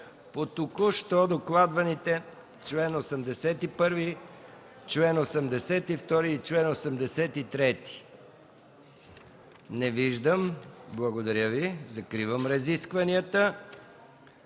по току-що докладваните чл. 81, чл. 82 и чл. 83? Не виждам. Благодаря Ви. Закривам разискванията.